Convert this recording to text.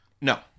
No